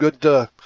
Good